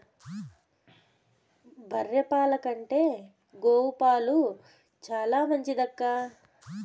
బర్రె పాల కంటే గోవు పాలు చాలా మంచిదక్కా